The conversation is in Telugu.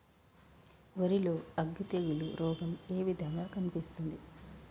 వరి లో అగ్గి తెగులు రోగం ఏ విధంగా కనిపిస్తుంది?